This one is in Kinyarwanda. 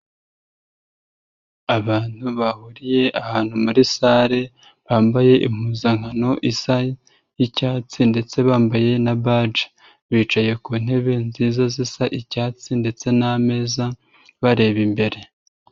Abantu bahuriye ahantu muri sale, bambaye impuzankano isa icyatsi ndetse bambaye na baji. Bicaye ku ntebe nziza zisa icyatsi ndetse n'ameza bareba imbere.